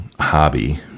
hobby